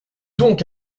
donc